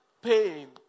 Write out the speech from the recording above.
pain